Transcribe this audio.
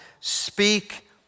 speak